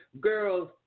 girls